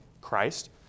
Christ